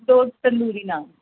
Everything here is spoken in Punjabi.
ਦੋ ਤੰਦੂਰੀ ਨਾਨ